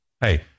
Hey